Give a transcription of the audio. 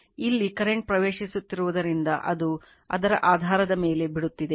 ಇಲ್ಲಿ ಕರೆಂಟ್ ಪ್ರವೇಶಿಸುತ್ತಿರುವುದರಿಂದ ಅದು ಅದರ ಆಧಾರದ ಮೇಲೆ ಬಿಡುತ್ತಿದೆ